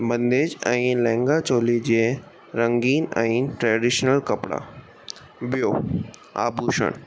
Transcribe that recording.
बंदेश ऐं लहेंगा चौली जीअं रंगीन ऐं ट्रैडिशनल कपिड़ा ॿियों आभूषण